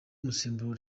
musemburo